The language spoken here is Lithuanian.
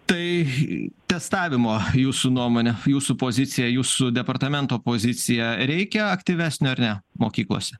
tai testavimo jūsų nuomone jūsų pozicija jūsų departamento pozicija reikia aktyvesnio ar ne mokyklose